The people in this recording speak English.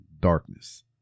darkness